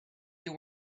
you